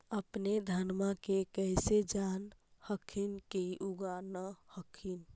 अपने धनमा के कैसे जान हखिन की उगा न हखिन?